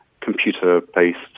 computer-based